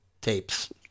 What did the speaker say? tapes